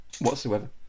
whatsoever